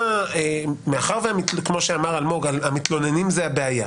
מאחר כמו שאמר אלמוג, המתלוננים זה הבעיה,